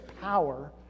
power